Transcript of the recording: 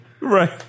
right